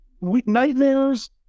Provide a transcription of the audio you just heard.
Nightmares